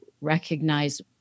recognize